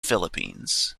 philippines